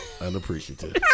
Unappreciative